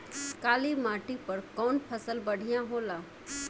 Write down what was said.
काली माटी पर कउन फसल बढ़िया होला?